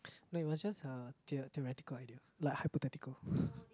no it was just a theo~ theoretical idea like hypothetical